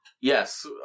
Yes